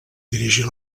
dirigir